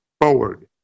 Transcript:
forward